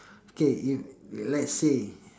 okay if let's say